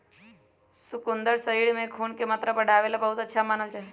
शकुन्दर शरीर में खून के मात्रा बढ़ावे ला बहुत अच्छा मानल जाहई